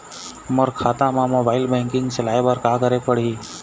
मोर खाता मा mobile banking चलाए बर का करेक पड़ही?